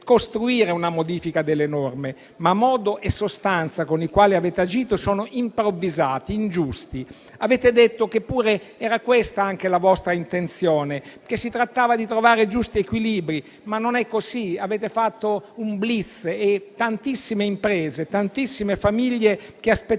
costruire una modifica delle norme, ma modo e sostanza con i quali avete agito sono improvvisati e ingiusti. Avete detto che era questa anche la vostra intenzione, che si trattava di trovare i giusti equilibri, ma non è così. Avete fatto un *blitz* e tantissime imprese e famiglie che aspettavano